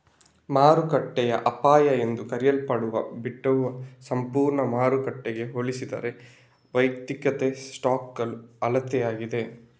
ಮಾರುಕಟ್ಟೆಯ ಅಪಾಯ ಎಂದೂ ಕರೆಯಲ್ಪಡುವ ಬೀಟಾವು ಸಂಪೂರ್ಣ ಮಾರುಕಟ್ಟೆಗೆ ಹೋಲಿಸಿದರೆ ವೈಯಕ್ತಿಕ ಸ್ಟಾಕ್ನ ಅಳತೆಯಾಗಿದೆ